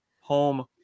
home